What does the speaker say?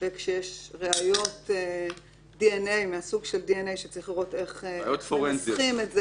לא כי אני מניפולטיבי אלא כי זו הפסיקה.